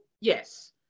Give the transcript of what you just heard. Yes